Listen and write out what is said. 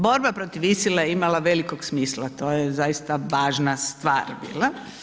Borba protiv ISIL-a je imala velikog smisla, to je zaista važna stvar bila.